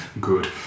good